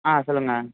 ஆ சொல்லுங்கள்